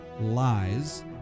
lies